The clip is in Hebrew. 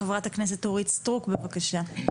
ח"כ אורית סטרוק בבקשה.